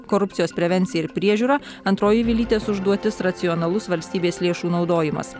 korupcijos prevenciją ir priežiūrą antroji vilytės užduotis racionalus valstybės lėšų naudojimas